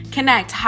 Connect